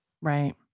Right